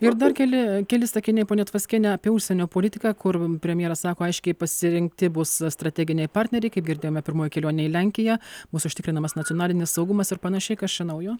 ir dar keli keli sakiniai ponia tvaskiene apie užsienio politiką kur premjeras sako aiškiai pasirinkti bus strateginiai partneriai kaip girdėjome pirmoj kelionėje lenkija bus užtikrinamas nacionalinis saugumas ir panašiai kas čia naujo